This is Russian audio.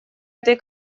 этой